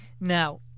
Now